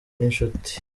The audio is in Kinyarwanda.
n’inshuti